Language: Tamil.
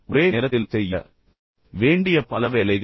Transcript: ஒரே நேரத்தில் செய்ய வேண்டிய பல வேலைகள்